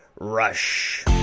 Rush